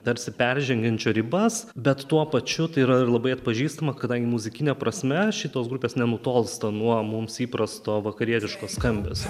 tarsi peržengiančio ribas bet tuo pačiu tai yra ir labai atpažįstama kadangi muzikine prasme šitos grupės nenutolsta nuo mums įprasto vakarietiško skambesio